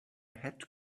had